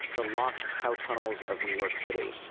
the lost cow tunnels of new york city.